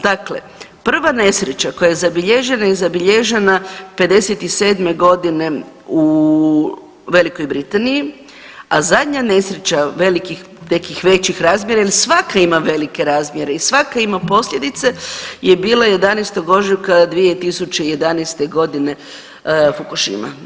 Dakle, prva nesreća koja je zabilježena je zabilježena 57. godine u Velikoj Britaniji, a zadnja nesreća velikih, nekih većih razmjera, jer i svaka ima velike razmjere, i svaka ima posljedice, je bila 11. ožujka 2011. godine Focushima.